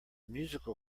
musical